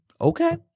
Okay